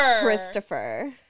Christopher